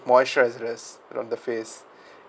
moisturisers on the face